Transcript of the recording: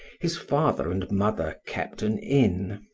his father and mother kept an inn,